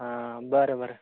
हा बरं बरं